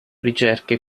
ricerche